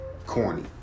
Corny